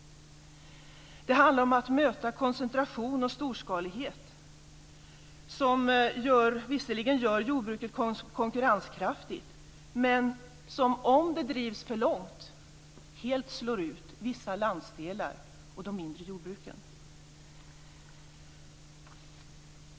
Det handlar om att möta koncentration och storskalighet som visserligen gör jordbruket konkurrenskraftigt men som om det drivs för långt helt slår ut vissa landsdelar och de mindre jordbruken.